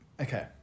Okay